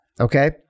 okay